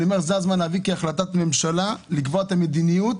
זה הזמן להביא כהחלטת ממשלה לקבוע את המדיניות